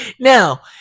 Now